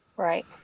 Right